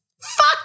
Fuck